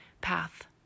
path